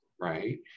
right